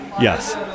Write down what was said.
Yes